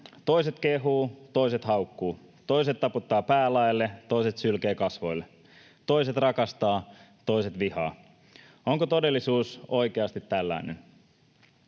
Toiset kehuvat, toiset haukkuvat. Toiset taputtavat päälaelle, toiset sylkevät kasvoille. Toiset rakastavat, toiset vihaavat. Onko todellisuus oikeasti tällainen?